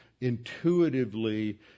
intuitively